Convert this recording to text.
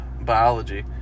biology